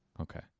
okay